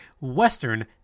Western